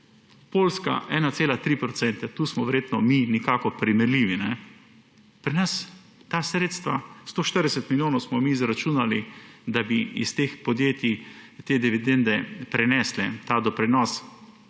Poljska 1,3 %. Tu smo verjetno mi nekako primerljivi. Pri nas ta sredstva, 140 milijonov smo mi izračunali, da bi iz teh podjetij te dividende prenesli, ta doprinos,